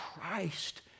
Christ